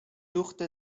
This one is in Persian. دوخت